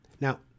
Now